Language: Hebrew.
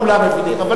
כולם מבינים אותך,